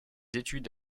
études